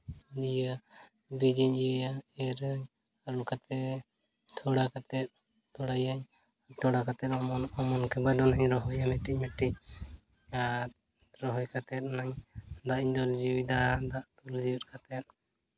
ᱤᱭᱟᱹ ᱵᱤᱡᱽ ᱤᱧ ᱤᱭᱟᱹ ᱮᱨᱻ ᱟᱹᱧ ᱚᱱᱠᱟᱛᱮ ᱛᱷᱚᱲᱟ ᱠᱟᱛᱮ ᱛᱚᱲᱟᱭᱟᱹᱧ ᱛᱚᱲᱟ ᱠᱟᱛᱮ ᱚᱢᱚᱱᱚᱜᱼᱟ ᱚᱢᱚᱱ ᱠᱟᱛᱮ ᱤᱧ ᱨᱚᱦᱚᱭᱟ ᱢᱤᱫᱴᱤᱡ ᱢᱤᱫᱴᱤᱡ ᱟᱨ ᱨᱚᱦᱚᱭ ᱠᱟᱛᱮ ᱚᱱᱟᱧ ᱫᱟᱜ ᱤᱧ ᱫᱩᱞ ᱡᱤᱣᱤᱫᱟ ᱫᱟᱜ ᱫᱩᱞ ᱡᱤᱣᱮᱫ ᱠᱟᱛᱮ